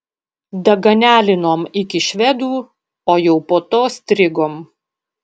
daganialinom iki švedų o jau po to strigom